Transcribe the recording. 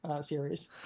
series